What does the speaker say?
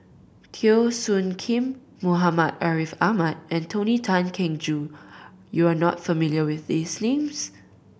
Teo Soon Kim Muhammad Ariff Ahmad and Tony Tan Keng Joo you are not familiar with these names